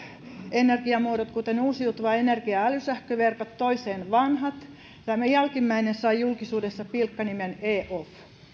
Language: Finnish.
energiamuodot kuten uusiutuva energia ja älysähköverkot toiseen vanhat jälkimmäinen sai julkisuudessa pilkkanimen e off